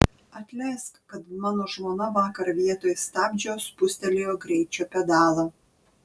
atleisk kad mano žmona vakar vietoj stabdžio spustelėjo greičio pedalą